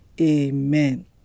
amen